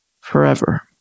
forever